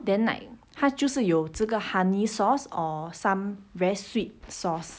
then like 它就是有这个 honey sauce or some very sweet sauce